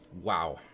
Wow